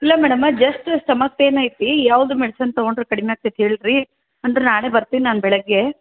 ಇಲ್ಲ madam just stomach pain ಐತಿ ಯಾವುದು ಮೆಡಿಸನ್ ತೊಗೊಂಡ್ರೆ ಕಡಿಮೆ ಆಗ್ತೈತೆ ಹೇಳಿರಿ ಅಂದ್ರೆ ನಾಳೆ ಬರ್ತೀನಿ ನಾನು ಬೆಳಿಗ್ಗೆ